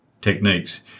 techniques